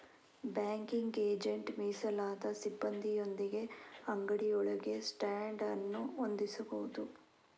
banking agent ಮೀಸಲಾದ ಸಿಬ್ಬಂದಿಯೊಂದಿಗೆ ಅಂಗಡಿಯೊಳಗೆ ಸ್ಟ್ಯಾಂಡ್ ಅನ್ನು ಹೊಂದಿಸಬಹುದು